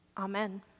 Amen